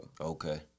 Okay